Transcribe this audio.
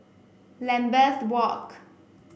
Lambeth Walk